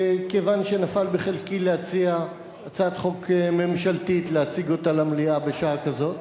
נפל בחלקי להציג הצעת חוק ממשלתית במליאה בשעה כזאת.